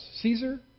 Caesar